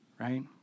right